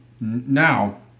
now